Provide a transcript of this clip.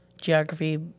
geography